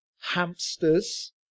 hamsters